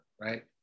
right